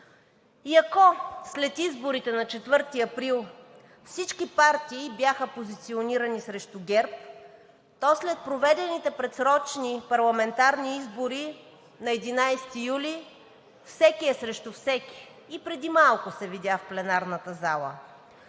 И ако след изборите на 4 април всички партии бяха позиционирани срещу ГЕРБ, то след проведените предсрочни парламентарни избори на 11 юли всеки е срещу всеки – и преди малко се видя в пленарната зала.